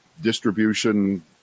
distribution